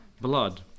blood